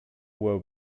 were